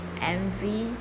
envy